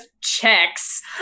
checks